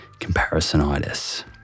comparisonitis